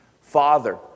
Father